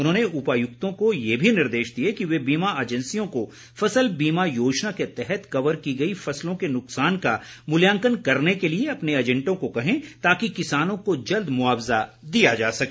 उन्होंने उपायुक्तों को ये भी निर्देश दिए कि वे बीमा एजैन्सियों को फसल बीमा योजना के तहत कवर की गई फसलों के नुकसान का मूल्यांकन करने के लिए अपने एजैंटों को कहें ताकि किसानों को जल्द मुआवजा दिया जा सके